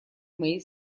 моей